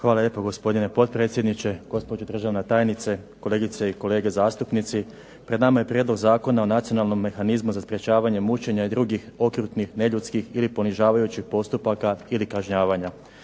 Hvala lijepa gospodine potpredsjedniče, gospođo državna tajnice, kolegice i kolege zastupnici. Pred nama je Prijedlog zakona o nacionalnom mehanizmu za sprečavanje mučenja i drugih okrutnih neljudskih ili ponižavajućih postupaka ili kažnjavanja.